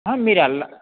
అహ మీరు ఎల్ల